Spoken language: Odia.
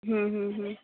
ହୁଁ ହୁଁ ହୁଁ